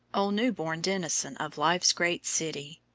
o new-born denizen of life's great city!